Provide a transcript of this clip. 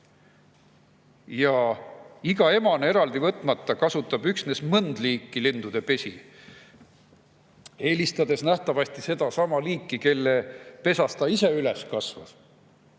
Iga emane kasutab üksnes mõnd liiki lindude pesi, eelistades nähtavasti sedasama liiki, kelle pesas ta ise üles kasvas.